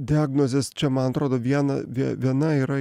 diagnozės čia man atrodo viena vie viena yra